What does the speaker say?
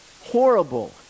horrible